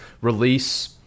Release